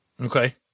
Okay